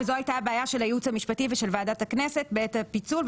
וזאת הייתה הבעיה של הייעוץ המשפטי ושל ועדת הכנסת בעת הפיצול,